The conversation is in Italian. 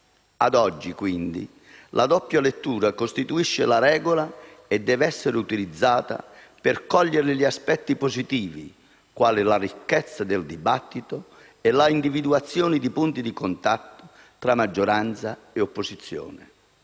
Ad oggi, quindi, la doppia lettura costituisce la regola e deve essere utilizzata per cogliere gli aspetti positivi, quali la ricchezza del dibattito e la individuazione di punti di contatto tra maggioranza e opposizione.